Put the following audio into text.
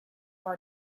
our